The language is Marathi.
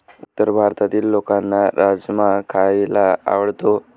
उत्तर भारतातील लोकांना राजमा खायला आवडतो